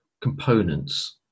components